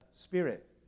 Spirit